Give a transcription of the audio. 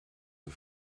the